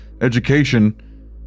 education